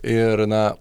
ir na